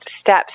steps